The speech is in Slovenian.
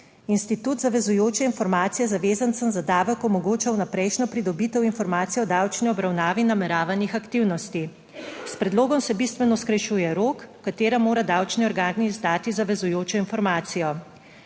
Institut zavezujoče informacije zavezancem za davek omogoča vnaprejšnjo pridobitev informacij o davčni obravnavi nameravanih aktivnosti. S predlogom se bistveno skrajšuje rok, v katerem mora davčni organ izdati zavezujočo informacijo.